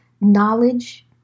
knowledge